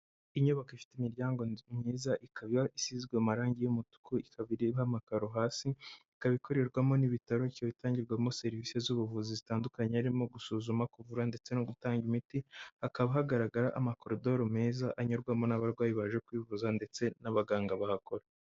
Inyubako ifite imiryango myiza, ikaba isizwe amarangi y'umutuku, ikaba iriho amakaro hasi, ikaba ikorerwamo n'ibitaro, ikaba itangirwamo serivisi z'ubuvuzi zitandukanye harimo gusuzuma, kuvura ndetse no gutanga imiti, hakaba hagaragara amakorodoro meza anyurwamo n'abarwayi baje kwivuza ndetse n'abaganga bahakora.